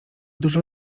dużo